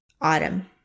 Autumn